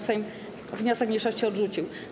Sejm wniosek mniejszości odrzucił.